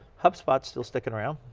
hubspot's still sticking around.